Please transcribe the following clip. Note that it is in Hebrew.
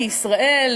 כי ישראל,